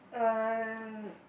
uh